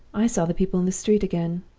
i saw the people in the street again!